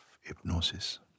hypnosis